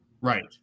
Right